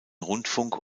rundfunk